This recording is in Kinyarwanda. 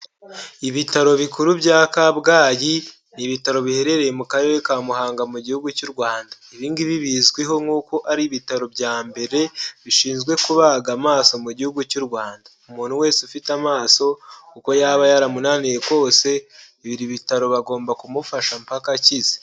Ibitaro bikuru bya kabgayi ni ibitaro biherereye mu karere ka Muhanga mu gihugu cy'u Rwanda. ibi ngibi bizwiho nk'uko ari ibitaro bya mbere bishinzwe kubaga amaso mu gihugu cy'u Rwanda umuntu wese ufite amaso uko yaba yaramunaniye kose ibi bitaro bagomba kumufasha mpaka akize.